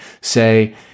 say